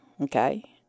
Okay